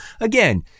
again